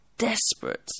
Desperate